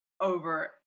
over